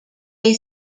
way